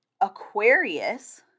Aquarius